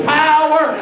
power